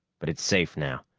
but it's safe now.